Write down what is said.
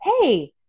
hey